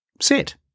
SIT